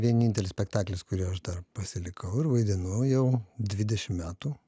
vienintelis spektaklis kurį aš dar pasilikau ir vaidinu jau dvidešim metų